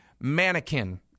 mannequin